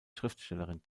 schriftstellerin